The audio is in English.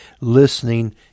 listening